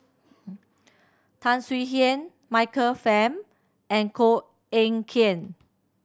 Tan Swie Hian Michael Fam and Koh Eng Kian